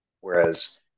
Whereas